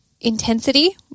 intensity